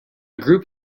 group